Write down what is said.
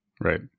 Right